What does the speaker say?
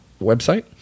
website